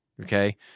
okay